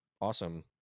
awesome